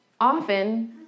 often